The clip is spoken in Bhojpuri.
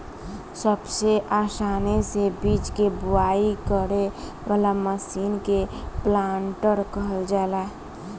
सबसे आसानी से बीज के बोआई करे वाला मशीन के प्लांटर कहल जाला